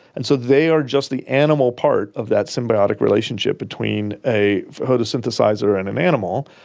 and so they are just the animal part of that symbiotic relationship between a photosynthesiser and an animal,